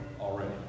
already